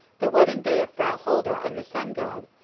the wedding-day of frau holda and the sun-god,